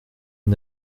une